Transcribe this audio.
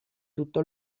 tutto